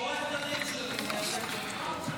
עורכת הדין שלי מייצגת אותי פה.